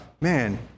man